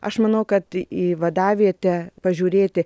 aš manau kad į vadavietę pažiūrėti